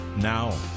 now